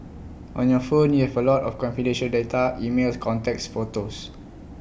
on your phones you have A lot of confidential data emails contacts photos